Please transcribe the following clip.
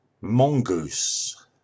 Mongoose